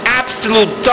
absolute